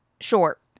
short